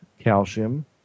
calcium